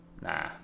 Nah